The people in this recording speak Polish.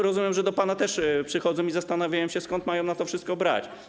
Rozumiem, że do pana też przychodzą i zastanawiają się, skąd mają na to wszystko brać.